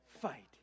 fight